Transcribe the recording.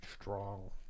strong